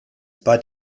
bei